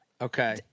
Okay